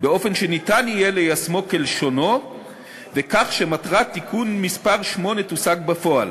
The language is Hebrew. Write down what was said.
באופן שניתן יהיה ליישמו כלשונו וכך שמטרת תיקון מס' 8 תושג בפועל.